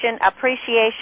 appreciation